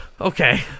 Okay